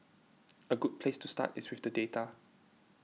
a good place to start is with the data